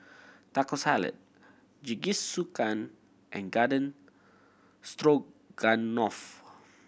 Taco Salad Jingisukan and Garden Stroganoff